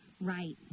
right